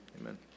amen